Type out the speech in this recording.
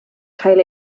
cael